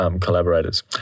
collaborators